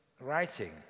writing